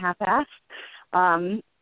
half-assed